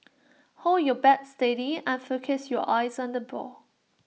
hold your bat steady and focus your eyes on the ball